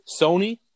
Sony